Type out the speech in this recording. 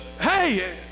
hey